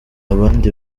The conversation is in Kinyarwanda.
abandi